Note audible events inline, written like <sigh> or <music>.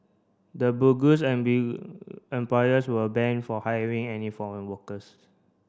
the bogus <unintelligible> employers will banned from hiring any foreign workers